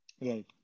Right